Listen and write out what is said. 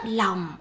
lòng